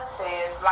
says